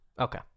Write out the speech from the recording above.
Okay